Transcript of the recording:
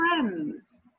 friends